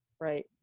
Right